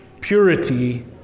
purity